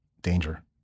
danger